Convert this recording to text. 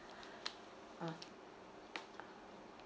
ah